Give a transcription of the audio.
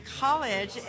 college